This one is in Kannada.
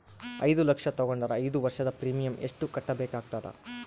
ಐದು ಲಕ್ಷ ತಗೊಂಡರ ಐದು ವರ್ಷದ ಪ್ರೀಮಿಯಂ ಎಷ್ಟು ಕಟ್ಟಬೇಕಾಗತದ?